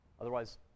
Otherwise